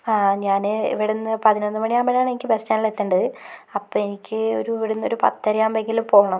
ആ ഞാൻ ഇവിടുന്ന് പതിനൊന്ന് മണിയാകുമ്പോഴാണ് എനിക്ക് ബസ് സ്റ്റാൻഡിൽ എത്തേണ്ടേത് അപ്പോൾ എനിക്ക് ഒരു ഇവിടുന്നൊരു പത്തര ആകുമ്പോൾ എങ്കിലും പോകണം